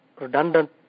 redundant